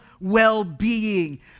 well-being